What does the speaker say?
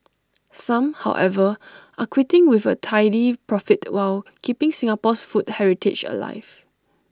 some however are quitting with A tidy profit while keeping Singapore's food heritage alive